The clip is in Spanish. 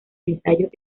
ensayos